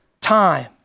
time